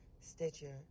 Stitcher